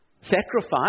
Sacrifice